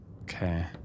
Okay